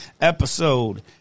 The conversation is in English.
episode